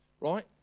Right